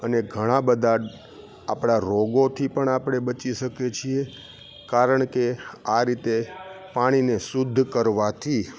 અને ઘણાબધા આપણા રોગોથી પણ આપણે બચી શકીએ છીએ કારણ કે આ રીતે પાણીને શુદ્ધ કરવાથી